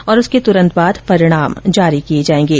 और उसके तुरंत बाद परिणाम जारी किये जायेंगे